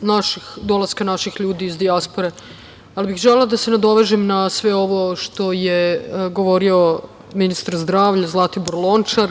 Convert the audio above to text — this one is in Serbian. pitanja dolaska naših ljudi iz dijaspore, ali bih želela da se nadovežem na sve ovo što je govorio ministar zdravlja Zlatibor Lončar.